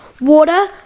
water